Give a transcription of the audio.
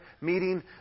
meeting